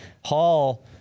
Hall